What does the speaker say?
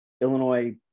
Illinois